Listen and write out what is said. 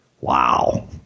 Wow